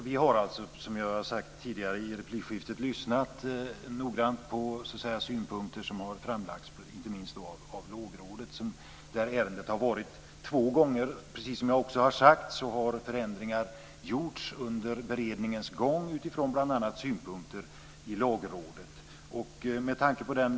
Fru talman! Vi har, som jag sagt tidigare i replikskiftet, lyssnat noggrant på de synpunkter som framlagts, inte minst av Lagrådet där ärendet har varit två gånger. Precis som jag också har sagt har förändringar gjorts under beredningens gång utifrån bl.a. Lagrådets synpunkter.